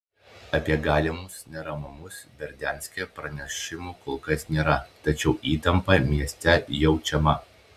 apie galimus neramumus berdianske pranešimų kol kas nėra tačiau įtampa mieste jaučiama